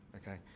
okay.